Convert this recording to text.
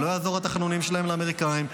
ולא יעזרו התחנונים שלהם לאמריקאים,